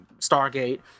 Stargate